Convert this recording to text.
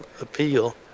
appeal